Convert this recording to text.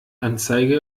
anzeige